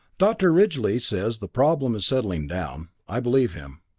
dr. ridgely says the problem's settling down i believe him.